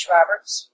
Roberts